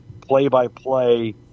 play-by-play